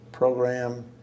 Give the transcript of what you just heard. program